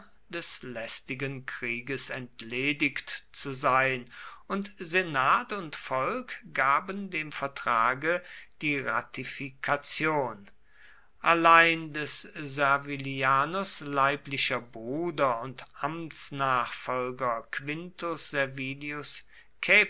des lästigen krieges entledigt zu sein und senat und volk gaben dem vertrage die ratifikation allein des servilianus leiblicher bruder und amtsnachfolger quintus